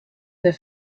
their